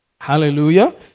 Hallelujah